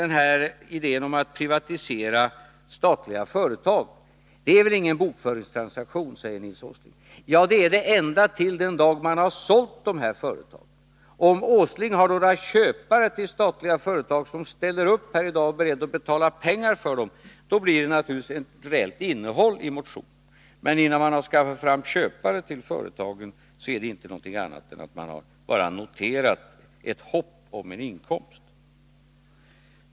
Det gäller idén om att privatisera statliga företag. Det är väl ingen bokföringstransaktion, säger han. Men det är det ända till den dag man har sålt de här företagen. Om Nils Åsling har några köpare till de statliga företagen som ställer upp och är beredda att betala pengar för dem, då blir det naturligtvis ett reellt innehåll i motionen, men innan man skaffat fram några köpare innebär den bara att man har noterat ett hopp om en inkomst.